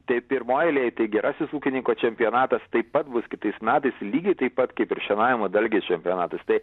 tai pirmoj eilėj tai gerasis ūkininko čempionatas taip pat bus kitais metais lygiai taip pat kaip ir šienavimo dalgiais čempionatas tai